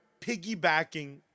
piggybacking